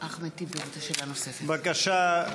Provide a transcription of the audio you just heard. בבקשה,